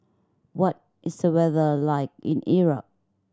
what is the weather like in Iraq